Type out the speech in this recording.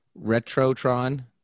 retrotron